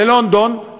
ללונדון,